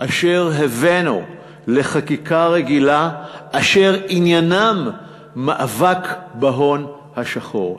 אשר הבאנו לחקיקה רגילה ואשר עניינם מאבק בהון השחור.